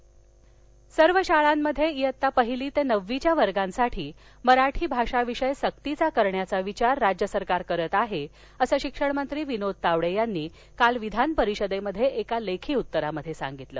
मराठी तावडे सर्व शाळामध्ये वित्ता पहिली ते नववीच्या वर्गांसाठी मराठी भाषा विषय सक्तीचा करण्याचा विचार राज्य सरकार करत आहे असं शिक्षण मंत्री विनोद तावडे यांनी काल विधान परिषदेत एका लेखी उत्तरात सांगितलं